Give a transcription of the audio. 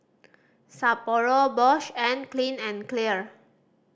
Sapporo Bosch and Clean and Clear